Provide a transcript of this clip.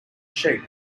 sheep